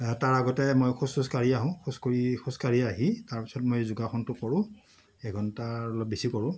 তাৰ আগতে মই খোজ চোজ কাঢ়ি আহোঁ খোজকৰি খোজকাঢ়ি আহি তাৰপাছত মই যোগাসনটো কৰোঁ এঘণ্টাৰ অলপ বেছি কৰোঁ